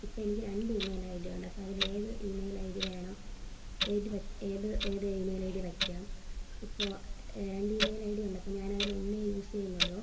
ഇപ്പം എനിക്ക് രണ്ട് ഇമെയിൽ ഐ ഡി ഉണ്ട് അപ്പം അതിൽ ഏത് ഇമെയിൽ ഐ ഡി വേണം ഏത് പറ്റ് ഏത് ഏത് ഇമെയിൽ ഐ ഡി വയ്ക്കാം ഇപ്പോൾ രണ്ട് ഇമെയിൽ ഐ ഡി ഉണ്ട് അപ്പം ഞാൻ അതിൽ ഒന്നേ യൂസ് ചെയ്യുന്നുള്ളൂ